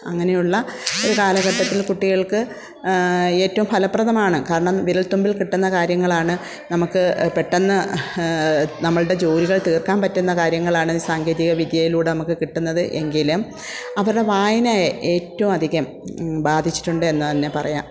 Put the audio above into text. അങ്ങനെ ഉള്ള ഒരു കാലഘട്ടത്തിൽ കുട്ടികൾക്ക് ഏറ്റവും ഫലപ്രദമാണ് കാരണം വിരൽതുമ്പിൽ കിട്ടുന്ന കാര്യങ്ങളാണ് നമുക്ക് പെട്ടെന്ന് നമ്മളുടെ ജോലികൾ തീർക്കാൻ പറ്റുന്ന കാര്യങ്ങളാണ് സാങ്കേതിക വിദ്യയിലൂടെ നമുക്ക് കിട്ടുന്നത് എങ്കിലും അവരുടെ വായനയെ ഏറ്റവും അധികം ബാധിച്ചിട്ടുണ്ട് എന്ന് തന്നെ പറയാം